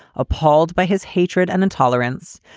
appalled by his hatred and intolerance.